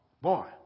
boy